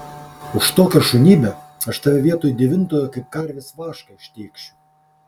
už tokią šunybę aš tave vietoj devintojo kaip karvės vašką ištėkšiu